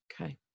Okay